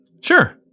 Sure